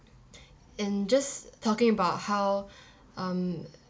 and just talking about how um